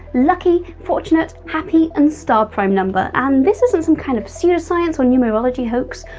lucky, fortunate, happy and star prime number! and this isn't some kind of pseudoscience or numerology hoax,